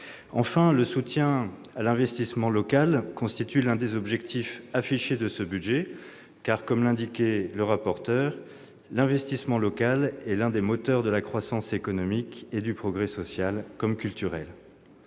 Enfin, le soutien à l'investissement local constitue l'un des objectifs affichés de ce budget. Comme l'a indiqué M. le rapporteur, l'investissement local est l'un des moteurs de la croissance économique et du progrès social comme culturel.